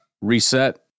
reset